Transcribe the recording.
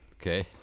Okay